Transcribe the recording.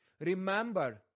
Remember